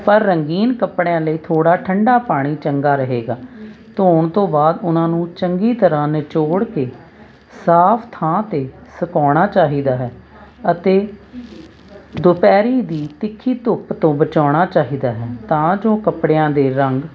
ਪਰ ਰੰਗੀਨ ਕੱਪੜਿਆਂ ਲਈ ਥੋੜ੍ਹਾ ਠੰਡਾ ਪਾਣੀ ਚੰਗਾ ਰਹੇਗਾ ਧੋਣ ਤੋਂ ਬਾਅਦ ਉਹਨਾਂ ਨੂੰ ਚੰਗੀ ਤਰ੍ਹਾਂ ਨਿਚੋੜ ਕੇ ਸਾਫ ਥਾਂ 'ਤੇ ਸਕਾਉਣਾ ਚਾਹੀਦਾ ਹੈ ਅਤੇ ਦੁਪਹਿਰ ਦੀ ਤਿੱਖੀ ਧੁੱਪ ਤੋਂ ਬਚਾਉਣਾ ਚਾਹੀਦਾ ਹੈ ਤਾਂ ਜੋ ਕੱਪੜਿਆਂ ਦੇ ਰੰਗ